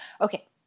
Okay